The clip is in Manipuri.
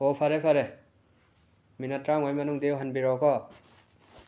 ꯍꯣ ꯐꯔꯦ ꯐꯔꯦ ꯃꯤꯅꯠ ꯇꯔꯥꯃꯉꯥꯒꯤ ꯃꯅꯨꯡꯗ ꯌꯧꯍꯟꯕꯤꯔꯛꯑꯣꯀꯣ